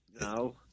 No